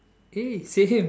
eh same